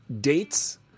dates